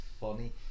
funny